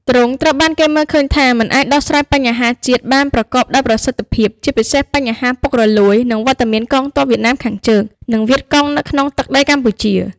ទ្រង់ត្រូវបានគេមើលឃើញថា មិនអាចដោះស្រាយបញ្ហាជាតិបានប្រកបដោយប្រសិទ្ធភាព ជាពិសេសបញ្ហាពុករលួយ និងវត្តមានកងទ័ពវៀតណាមខាងជើង និងវៀតកុងនៅក្នុងទឹកដីកម្ពុជា។